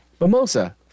Mimosa